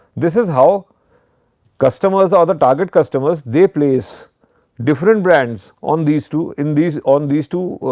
this is how customers or the target customers they place different brands on these two in these on these two